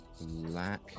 Black